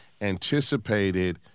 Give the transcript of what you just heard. anticipated